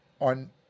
On